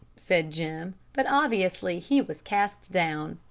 said jim, but obviously he was cast down.